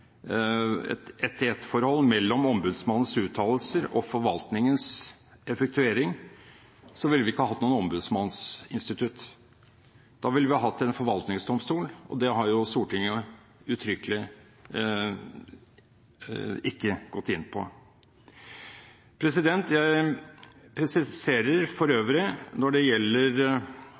et én-til-én-forhold mellom ombudsmannens uttalelser og forvaltningens effektuering, ville vi ikke hatt noe ombudsmannsinstitutt. Da ville vi hatt en forvaltningsdomstol. Det har Stortinget uttrykkelig ikke gått inn på. Jeg presiserer for øvrig når det gjelder